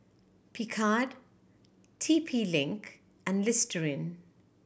Picard T P Link and Listerine